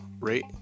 rate